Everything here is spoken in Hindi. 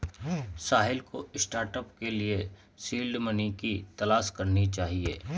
साहिल को स्टार्टअप के लिए सीड मनी की तलाश करनी चाहिए